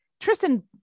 tristan